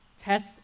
Test